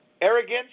arrogance